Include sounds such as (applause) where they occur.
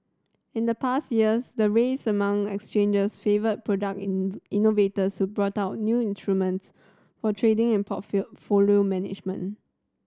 in the past years the race among exchanges favoured product in innovators who brought out new instruments for trading and (unintelligible) management